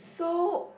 so